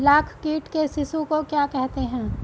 लाख कीट के शिशु को क्या कहते हैं?